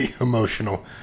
emotional